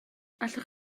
allwch